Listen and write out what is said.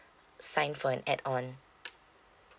sign for an add on